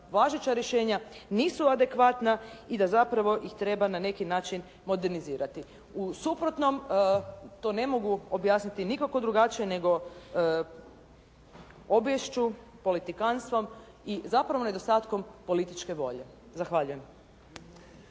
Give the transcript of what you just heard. važeća rješenja nisu adekvatna i da zapravo ih treba na neki način modernizirati. U suprotnom, to ne mogu objasniti nikako drugačije nego obiješću, politikantstvom i zapravo nedostatkom političke volje. Zahvaljujem.